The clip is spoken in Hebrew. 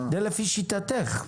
זה לשיטתך.